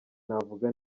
navuga